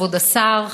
כבוד השר,